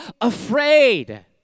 afraid